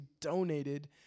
donated